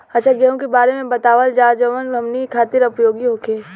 अच्छा गेहूँ के बारे में बतावल जाजवन हमनी ख़ातिर उपयोगी होखे?